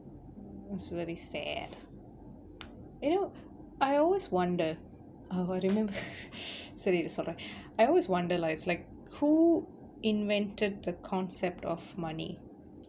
it's very sad you know I always wondered oh I rememb sorry salah I always wondered lah it's like who invented the concept of money